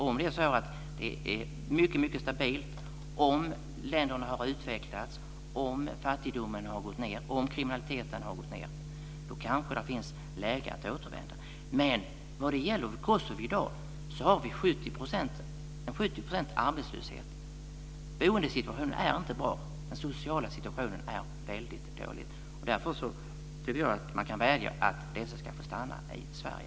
Om läget är mycket stabilt, om länderna har utvecklats, om fattigdomen och kriminaliteten har gått ned finns det kanske möjligheter att återvända. Men i Kosovo i dag finns en arbetslöshet på 70 %. Boendesituationen är inte bra. Den sociala situationen är väldigt dålig. Därför tycker jag att man kan vädja att dessa människor ska få stanna i Sverige.